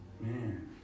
Man